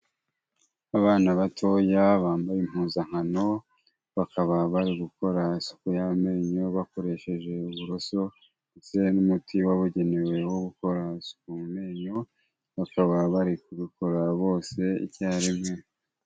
Abana batoya, bambaye impuzankano, bakaba bari gukora isuku y'amenyo bakoresheje uburoso ndetse n'umuti wabugenewe wo gukora isuku mu menyo, bakaba bari kubikora bose icyarimwe.